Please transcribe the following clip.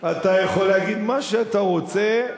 אתה יכול להגיד מה שאתה רוצה.